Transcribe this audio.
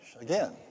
again